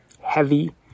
heavy